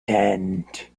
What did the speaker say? tent